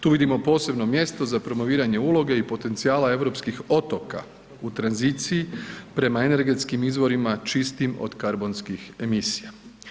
Tu vidimo posebno mjesto za promoviranje uloge i potencijala europskih otoka u tranziciji, prema energetskim izvorima čistim od karbonskih emisija.